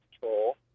control